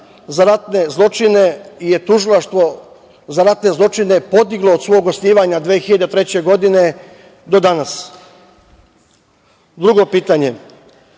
za ratne zločine je Tužilaštvo za ratne zločine podiglo od svog osnivanja od 2003. godine do danas? Drugo pitanje